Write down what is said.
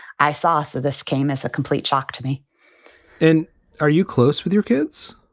i saw. so this came as a complete shock to me and are you close with your kids?